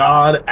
God